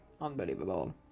unbelievable